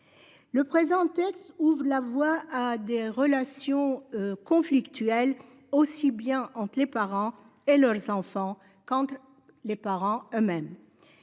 Ce texte ouvre la voie à des relations conflictuelles aussi bien entre les parents et leurs enfants qu'entre les parents eux-mêmes.